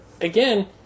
again